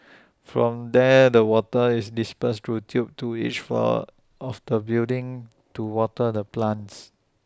from there the water is dispersed through tubes to each floor of the building to water the plants